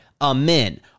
Amen